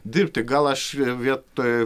dirbti gal aš vietoj